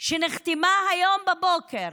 שנחתמה היום בבוקר